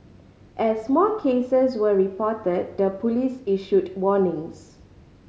as more cases were reported the police issued warnings